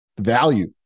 value